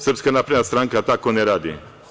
Srpska napredna stranka tako ne radi.